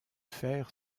fer